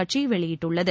கட்சி வெளியிட்டுள்ளது